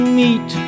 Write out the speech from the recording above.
meet